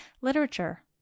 literature